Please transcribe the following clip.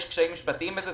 יש קשיים משפטיים בזה.